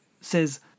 says